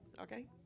Okay